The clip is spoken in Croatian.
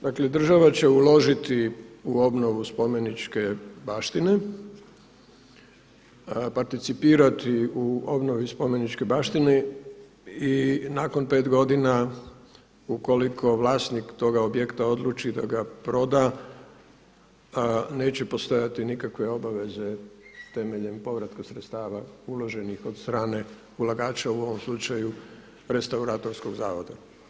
Dakle država će uložiti u obnovu spomeničke baštine, participirati u obnovi spomeničke baštine i nakon 5 godina ukoliko vlasnik toga objekta odluči da ga proda neće postojati nikakve obaveze temeljem povratka sredstava uloženih od strane ulagača u ovom slučaju restauratorskog zavoda.